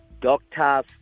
doctors